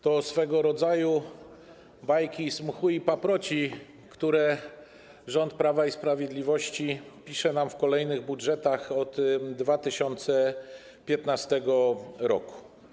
To swego rodzaju bajki z mchu i paproci, które rząd Prawa i Sprawiedliwości pisze nam w kolejnych budżetach od 2015 r.